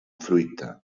fruita